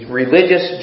religious